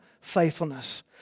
faithfulness